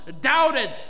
doubted